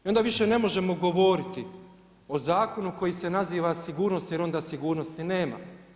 I onda više ne možemo govoriti o zakonu koji se naziva sigurnost, jer onda sigurnosti nema.